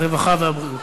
הרווחה והבריאות.